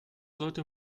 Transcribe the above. sollte